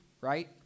right